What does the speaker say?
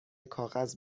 کاغذ